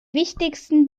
wichtigsten